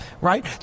right